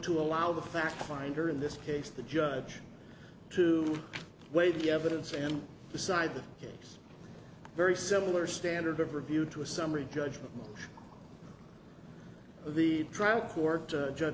to allow the fact finder in this case the judge to weigh the evidence and decide the case very similar standard of review to a summary judgment of the trial court judge